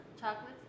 Chocolates